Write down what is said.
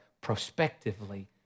prospectively